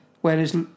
Whereas